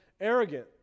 arrogant